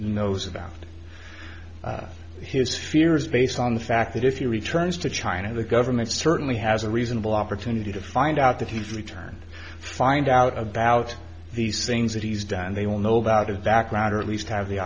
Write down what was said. knows about his fears based on the fact that if you returns to china the government certainly has a reasonable opportunity to find out that he's returned find out about these things that he's done they will no doubt of background or at least have the